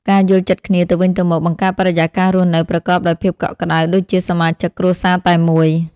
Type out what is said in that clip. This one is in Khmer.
ការយល់ចិត្តគ្នាទៅវិញទៅមកបង្កើតបរិយាកាសរស់នៅប្រកបដោយភាពកក់ក្តៅដូចជាសមាជិកគ្រួសារតែមួយ។